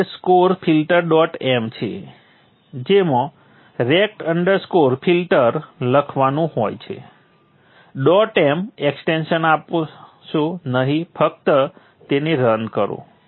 તેથી આપણે તેનું નામ જાણીએ છીએ જે rect underscore filter dot m છે જેમાં rect underscore filter rect filter લખવાનું હોય છે ડોટ એમ એક્સ્ટેંશન આપશો નહીં ફક્ત તેને રન કરો